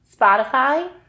Spotify